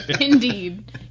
Indeed